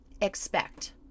Expect